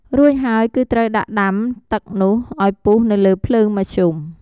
រួចហើយគឺត្រូវដាក់ដាំទឹកនោះឱ្យពុះនៅលើភ្លើងមធ្យម។